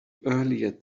earlier